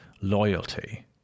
loyalty